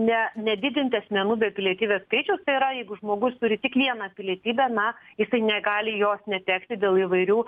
ne nedidinti asmenų be pilietybės skaičiaus tai yra jeigu žmogus turi tik vieną pilietybę na jisai negali jos netekti dėl įvairių